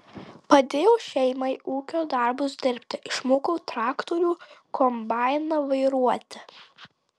padėjau šeimai ūkio darbus dirbti išmokau traktorių kombainą vairuoti